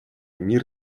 мир